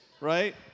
right